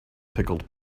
pickled